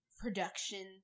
production